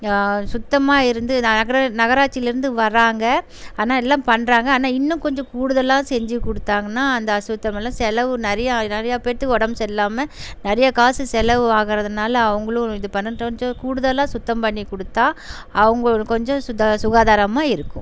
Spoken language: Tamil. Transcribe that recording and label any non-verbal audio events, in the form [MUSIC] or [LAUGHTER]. சுத்தமாக இருந்து நகர நகராட்சியிலேருந்து வராங்கள் ஆனால் எல்லாம் பண்ணுறாங்க ஆனால் இன்னும் கொஞ்சம் கூடுதலாக செஞ்சி கொடுத்தாங்கன்னா அந்த அசுத்தங்களலாம் செலவு நிறையா நிறையா பேர்த்துக்கு உடம்பு சரியில்லாமல் நிறையா காசு செலவு ஆகுறதுனால அவங்களும் இது பண்ண [UNINTELLIGIBLE] கூடுதலாக சுத்தம் பண்ணி கொடுத்தா அவங்க கொஞ்சம் சுதா சுகாதாரமாக இருக்கும்